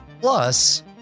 plus